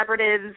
collaboratives